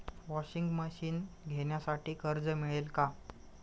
Washing machine घेण्यासाठी कर्ज मिळेल का?